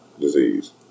disease